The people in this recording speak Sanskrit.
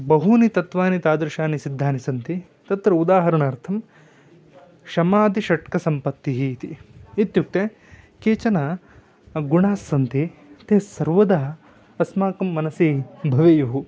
बहूनि तत्वानि तादृशानि सिद्धानि सन्ति तत्र उदाहरणार्थं शमादिषट्कसम्पत्तिः इति इत्युक्ते केचन गुणास्सन्ति ते सर्वदा अस्माकं मनसि भवेयुः